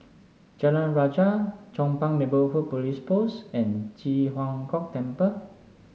Jalan Rajah Chong Pang Neighbourhood Police Post and Ji Huang Kok Temple